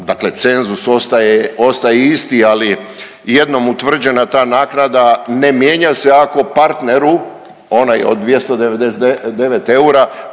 dakle cenzus ostaje isti, ali jednom utvrđena ta naknada, ne mijenja se ako partneru, onaj od 299 eura